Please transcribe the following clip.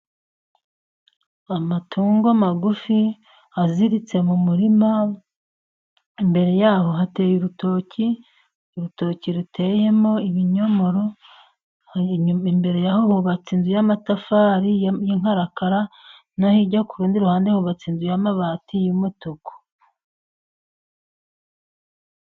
Amatungo magufi aziritse mu murima, imbere yaho hateye urutoki , urutoki ruteyemo ibinyomoro, aho inyuma imbere y'aho hubatse inzu y'amatafari y'inkarakara, no hirya k'urundi ruhande hubatse inzu y'amabati y'umutuku.